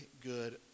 good